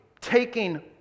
taking